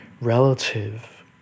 relative